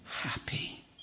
happy